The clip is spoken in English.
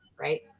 right